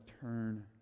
turn